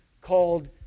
called